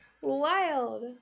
Wild